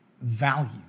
value